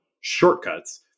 shortcuts